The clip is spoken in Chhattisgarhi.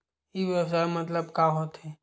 ई व्यवसाय मतलब का होथे?